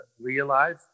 realize